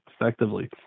effectively